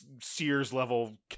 Sears-level